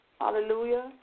Hallelujah